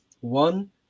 One